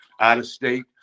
out-of-state